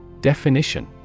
Definition